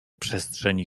przestrzeni